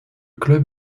club